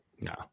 No